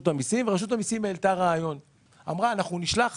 המיסים ורשות המיסים העלתה רעיון ואמרה שהיא תשלח